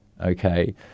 okay